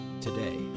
today